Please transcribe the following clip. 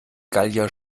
gallier